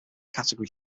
category